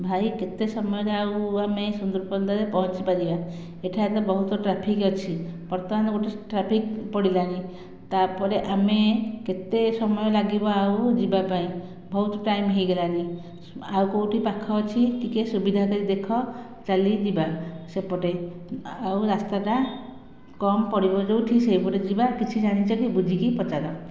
ଭାଇ କେତେ ସମୟରେ ଆଉ ଆମେ ସୁନ୍ଦରପଦାରେ ପହଁଞ୍ଚିପାରିବା ଏଠାରେ ତ ବହୁତ ଟ୍ରାଫିକ୍ ଅଛି ବର୍ତ୍ତମାନ ଗୋଟିଏ ଟ୍ରାଫିକ୍ ପଡ଼ିଲାଣି ତାପରେ ଆମେ କେତେ ସମୟ ଲାଗିବ ଆଉ ଯିବା ପାଇଁ ବହୁତ ଟାଇମ ହୋଇଗଲାଣି ଆଉ କେଉଁଠି ପାଖ ଅଛି ଟିକେ ସୁବିଧା କରି ଦେଖ ଚାଲି ଯିବା ସେପଟେ ଆଉ ରାସ୍ତାଟା କମ୍ ପଡ଼ିବ ଯେଉଁଠି ସେହିପଟେ ଯିବା କିଛି ଜାଣିଛ କି ବୁଝିକି ପଚାର